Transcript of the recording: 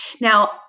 Now